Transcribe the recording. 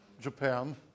Japan